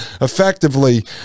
effectively